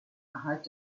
erhalt